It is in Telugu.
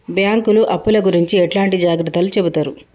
బ్యాంకులు అప్పుల గురించి ఎట్లాంటి జాగ్రత్తలు చెబుతరు?